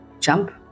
Jump